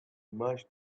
much